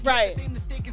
Right